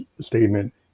statement